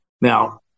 Now